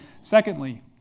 Secondly